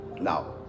Now